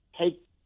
take